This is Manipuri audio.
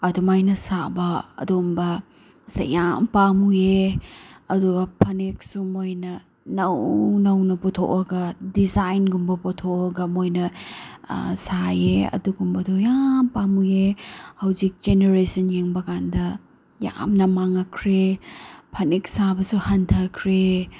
ꯑꯗꯨꯃꯥꯏꯅ ꯁꯥꯕ ꯑꯗꯨꯒꯨꯝꯕꯁꯦ ꯌꯥꯝ ꯄꯥꯝꯃꯨꯏꯌꯦ ꯑꯗꯨꯒ ꯐꯅꯦꯛꯁꯨ ꯃꯣꯏꯅ ꯏꯅꯧ ꯅꯧꯅ ꯄꯨꯊꯣꯛꯑꯒ ꯗꯤꯖꯥꯏꯟꯒꯨꯝꯕ ꯄꯨꯊꯣꯛꯑꯒ ꯃꯣꯏꯅ ꯁꯥꯏꯌꯦ ꯑꯗꯨꯒꯨꯝꯕꯗꯣ ꯌꯥꯝ ꯄꯥꯝꯃꯨꯏꯌꯦ ꯍꯧꯖꯤꯛ ꯖꯦꯅꯦꯔꯦꯁꯟ ꯌꯦꯡꯕ ꯀꯥꯟꯗ ꯌꯥꯝꯅ ꯃꯥꯡꯉꯛꯈ꯭ꯔꯦ ꯐꯅꯦꯛ ꯁꯥꯕꯁꯨ ꯍꯟꯊꯈ꯭ꯔꯦ